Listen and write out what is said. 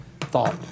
thought